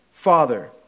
Father